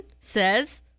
says